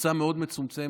קבוצה מאוד מצומצמת.